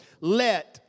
let